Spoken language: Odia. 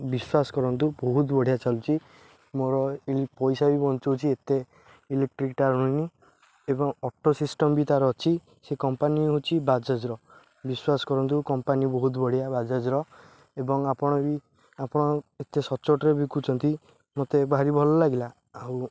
ବିଶ୍ୱାସ କରନ୍ତୁ ବହୁତ ବଢ଼ିଆ ଚାଲୁଚି ମୋର ପଇସା ବି ବଞ୍ଚଉଚି ଏତେ ଇଲେକ୍ଟ୍ରିକ୍ ଟାଣୁନି ଏବଂ ଅଟୋ ସିଷ୍ଟମ୍ ବି ତା'ର ଅଛି ସେ କମ୍ପାନୀ ହେଉଛି ବାଜାଜ୍ର ବିଶ୍ଵାସ କରନ୍ତୁ କମ୍ପାନୀ ବହୁତ ବଢ଼ିଆ ବାଜାଜ୍ର ଏବଂ ଆପଣ ବି ଆପଣ ଏତେ ସଚ୍ଚୋଟରେ ବିକୁଛନ୍ତି ମୋତେ ଭାରି ଭଲ ଲାଗିଲା ଆଉ